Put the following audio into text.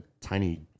tiny